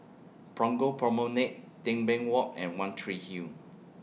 Punggol Promenade Tebing Walk and one Tree Hill